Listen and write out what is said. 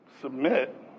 submit